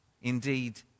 indeed